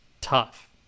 tough